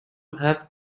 have